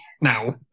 now